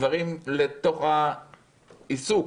בעיסוק